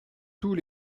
tous